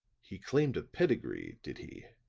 he claimed a pedigree, did he?